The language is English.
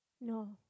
No